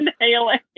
inhaling